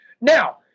Now